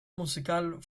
musical